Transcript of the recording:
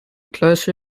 close